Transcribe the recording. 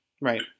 Right